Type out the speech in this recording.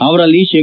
ಅವರಲ್ಲಿ ಶೇ